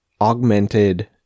augmented